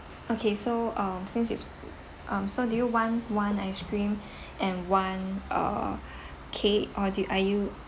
okay so um since it's um so do you want one ice cream and one uh cake or do are you